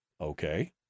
Okay